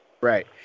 Right